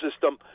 system